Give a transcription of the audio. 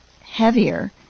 heavier